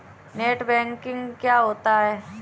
Net banking क्या होता है?